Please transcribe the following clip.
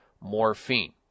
morphine